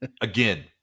Again